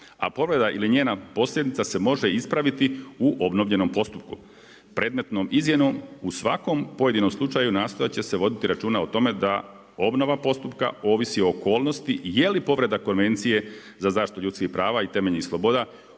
A povreda ili njena posljedica se može ispraviti u obnovljenom postupku, predmetnom izmjenom u svakom pojedinom slučaju nastojati će se voditi računa o tome da obnova postupka ovisi o okolnosti, je li povreda konvencije za zaštitu ljudskih prava i temeljnih sloboda